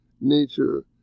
nature